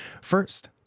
First